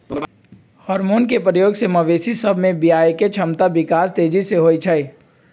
hormone के प्रयोग से मवेशी सभ में बियायके क्षमता विकास तेजी से होइ छइ